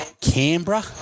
Canberra